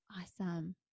Awesome